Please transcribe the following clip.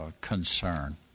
concern